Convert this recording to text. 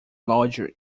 lodger